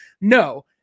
No